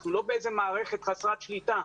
אנחנו לא באיזה מערכת חסרת שליטה.